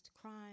crime